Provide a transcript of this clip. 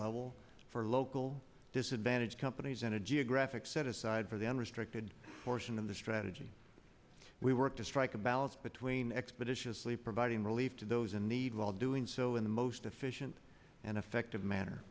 level for local disadvantaged companies and a geographic set aside for the unrestricted portion of the strategy we work to strike a balance between expeditiously providing relief to those in need while doing so in the most efficient and effective manner